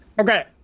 okay